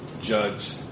judge